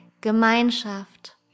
Gemeinschaft